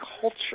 culture